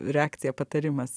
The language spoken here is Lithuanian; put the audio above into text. reakcija patarimas